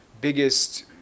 biggest